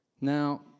Now